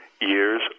years